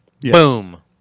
Boom